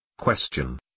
Question